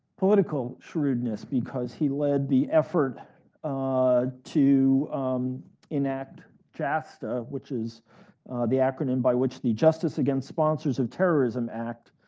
political shrewdness, because he led the effort to enact jasta, which is the acronym by which the justice against sponsors of terrorism act